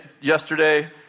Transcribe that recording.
yesterday